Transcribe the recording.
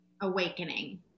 awakening